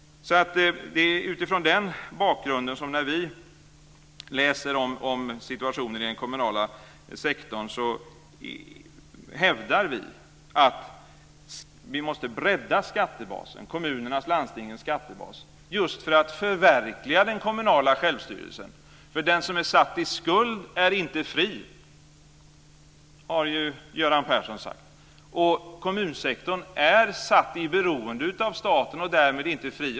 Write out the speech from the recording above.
Det är utifrån den bakgrunden som vi, när vi läser om situationen i den kommunala sektorn, hävdar att vi måste bredda skattebasen, kommunernas och landstingens skattebas, för att förverkliga den kommunala självstyrelsen. Den som är satt i skuld är inte fri, har Göran Persson sagt. Kommunsektorn är satt i beroende av staten och är därmed inte fri.